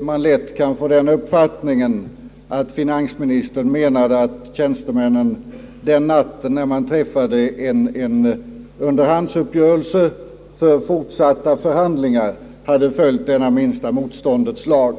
man lätt kan få den uppfattningen att finansministern menade att tjänstemännen den natten när det träffades en underhandsuppgörelse för fortsatta förhandlingar hade följt minsta motståndets lag.